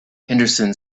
henderson